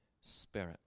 Spirit